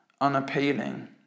unappealing